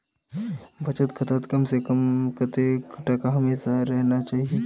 बचत खातात कम से कम कतेक टका हमेशा रहना चही?